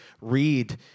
read